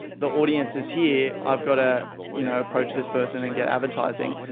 the audience is here. i've got to you know approach this person and get advertising.